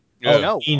no